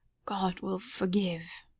god will forgive?